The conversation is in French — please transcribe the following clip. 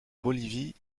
bolivie